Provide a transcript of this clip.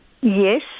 Yes